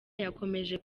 yakomeje